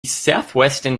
southwestern